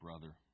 brother